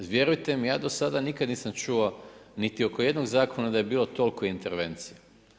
Vjerujte mi, ja do sada nikad nisam čuo niti oko jednog zakona da je bilo toliko intervencija.